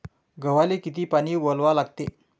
गव्हाले किती पानी वलवा लागते?